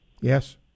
Yes